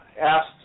asked